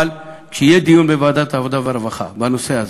אבל כאשר יהיה דיון בוועדת העבודה והרווחה בנושא הזה,